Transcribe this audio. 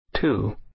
Two